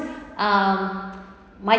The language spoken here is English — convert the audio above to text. um my